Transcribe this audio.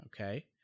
Okay